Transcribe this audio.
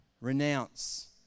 Renounce